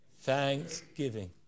thanksgiving